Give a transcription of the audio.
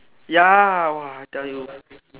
ya !wah! I tell you